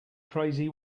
crazy